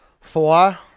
Four